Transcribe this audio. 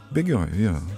bėgioju jo